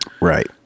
Right